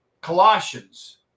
Colossians